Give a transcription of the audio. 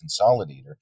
consolidator